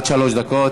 עד שלוש דקות.